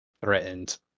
threatened